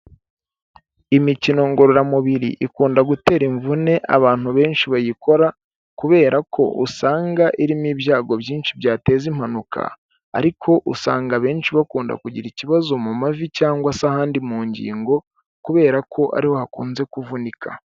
Imikino ngororamubiri ikunda gutera imvune abantu benshi bayikora kubera ko usanga irimo ibyago byinshi byateza impanuka ariko usanga abenshi bakunda kugira ikibazo mu mavi cyangwa se ahandi mu ngingo kubera ko ariho hakunze kuvunika.